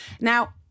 Now